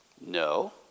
No